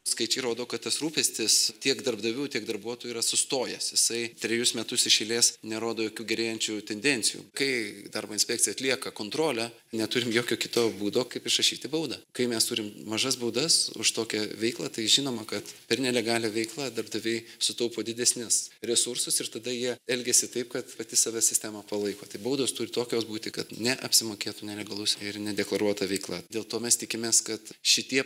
skaičiai rodo kad tas rūpestis tiek darbdavių tiek darbuotojų yra sustojęs jisai trejus metus iš eilės nerodo jokių gerėjančių tendencijų kai darbo inspekcija atlieka kontrolę neturim jokio kito būdo kaip išrašyti baudą kai mes turim mažas baudas už tokią veiklą tai žinoma kad per nelegalią veiklą darbdaviai sutaupo didesnius resursus ir tada jie elgiasi taip kad pati save sistema palaiko tai baudos turi tokios būti kad neapsimokėtų nelegalus ir nedeklaruota veikla dėl to mes tikimės kad šitie